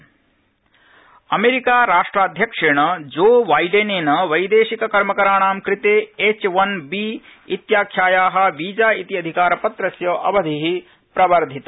अमर्खिा visa America राष्ट्राध्यक्षेण Joe बाइडेनेन वैदेशिक कर्मकराणा कृते एचवनबी इत्याख्याया वीजा इतिअधिकारपत्रस्य अवधि प्रवर्धित